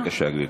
בבקשה, גברתי.